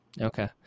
Okay